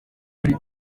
hari